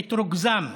ואת רוגזם,